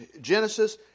Genesis